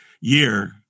year